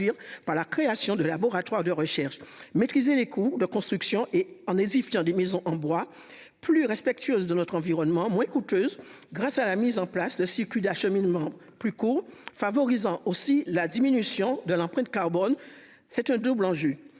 c'est un double enjeu.